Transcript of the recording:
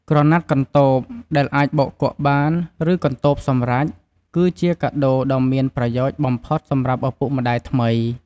ក្រណាត់កន្ទបដែលអាចបោកគក់បាន ឬកន្ទបសម្រេច គឺជាកាដូដ៏មានប្រយោជន៍បំផុតសម្រាប់ឪពុកម្តាយថ្មី។